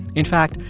in fact,